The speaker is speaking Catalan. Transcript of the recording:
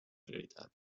prioritat